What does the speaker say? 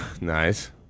Nice